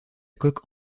coque